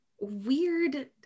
weird